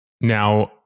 Now